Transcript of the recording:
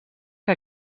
que